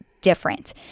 different